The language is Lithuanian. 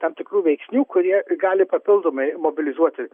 tam tikrų veiksnių kurie gali papildomai mobilizuoti